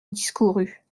discourut